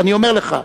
אני אומר לך,